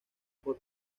por